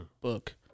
book